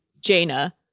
Jaina